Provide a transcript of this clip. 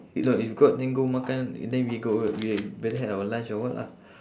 if not if got then go makan and then we go we've better have our lunch or what lah